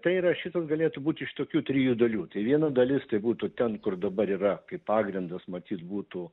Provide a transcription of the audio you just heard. tai yra šitas galėtų būt iš tokių trijų dalių tai viena dalis tai būtų ten kur dabar yra kaip pagrindas matyt būtų